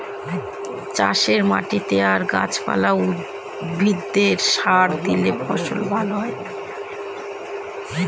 চাষের মাটিতে আর গাছ পালা, উদ্ভিদে সার দিলে ফসল ভালো হয়